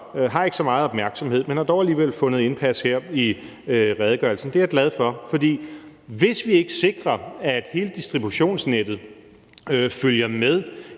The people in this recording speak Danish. har ikke så meget opmærksomhed, men har dog alligevel vundet indpas i redegørelsen. Det er jeg glad for, for hvis vi ikke sikrer, at hele distributionsnettet følger med,